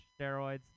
steroids